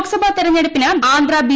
ലോക്സ്ഭാ തെരഞ്ഞെടുപ്പിന് ആന്ധ്ര ബി